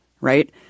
right